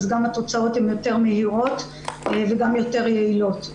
גם התוצאות הן יותר מהירות וגם יותר יעילות.